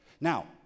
Now